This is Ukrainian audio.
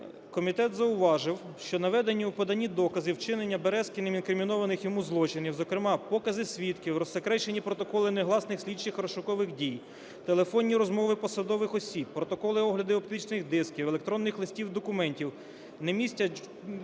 комітет зауважив, що наведені у поданні докази вчинення Березкіним інкримінованих йому злочинів, зокрема покази свідків, розсекречені протоколи негласних слідчих розшукових дій, телефонні розмови посадових осіб, протоколи огляду оптичних дисків, електронних листів, документів, не містять, на